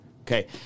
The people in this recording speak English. Okay